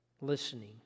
listening